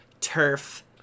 turf